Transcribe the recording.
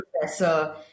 professor